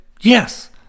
Yes